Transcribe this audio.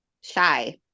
shy